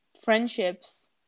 friendships